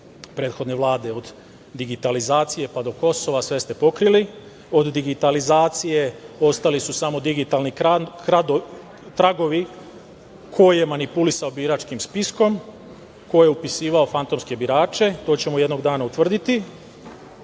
prethodne Vlade, od digitalizacije, pa do Kosova, sve ste pokrili. Od digitalizacije ostali su samo digitalni tragovi ko je manipulisao biračkim spiskom, ko je upisivao fantomske birače. To ćemo jednog dana utvrditi. Pitam